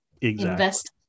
invest